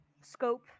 scope